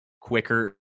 quicker